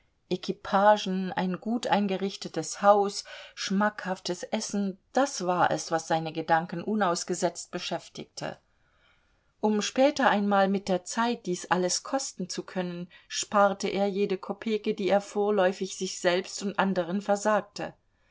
equipagen ein gut eingerichtetes haus schmackhaftes essen das war es was seine gedanken unausgesetzt beschäftigte um später einmal mit der zeit dies alles kosten zu können sparte er jede kopeke die er vorläufig sich selbst und den anderen versagte